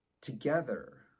together